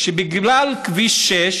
שבגלל כביש 6,